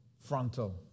frontal